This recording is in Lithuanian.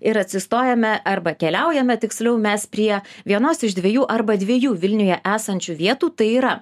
ir atsistojame arba keliaujame tiksliau mes prie vienos iš dviejų arba dviejų vilniuje esančių vietų tai yra